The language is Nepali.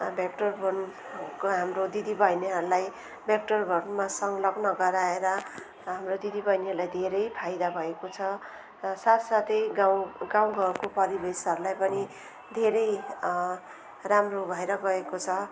भेक्टर बोनको हाम्रो दिदी बहिनीहरूलाई भेक्टर बोनमा संलग्न गराएर हाम्रो दिदी बहिनीहरूलाई धेरै फाइदा भएको छ र साथ साथै गाउँ गाउँघरको परिवेशहरूलाई पनि धेरै राम्रो भएर गएको छ